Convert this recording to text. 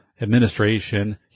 administration